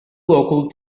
local